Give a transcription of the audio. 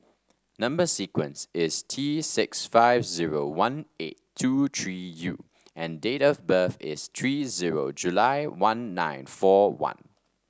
number sequence is T six five zero one eight two three U and date of birth is three zero July one nine four one